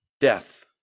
Death